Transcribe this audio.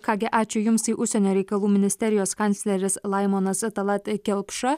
ką gi ačiū jums tai užsienio reikalų ministerijos kancleris laimonas talat kelpša